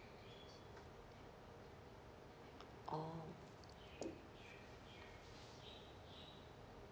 orh